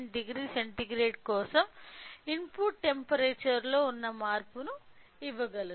390 centigrade కోసం input temperature లో మార్పును ఇవ్వగలదు